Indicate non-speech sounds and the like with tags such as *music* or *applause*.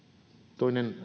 toinen *unintelligible*